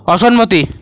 অসম্মতি